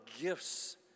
gifts